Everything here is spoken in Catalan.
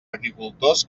agricultors